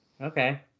okay